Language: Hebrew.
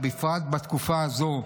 בפרט בתקופה הזו.